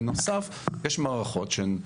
בנוסף, יש מערכות שהן,